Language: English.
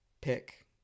pick